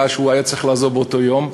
היה שהוא היה עוזב באותו יום.